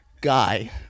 guy